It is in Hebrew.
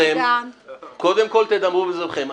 קודם כל דברו בזמנכם.